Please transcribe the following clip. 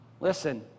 Listen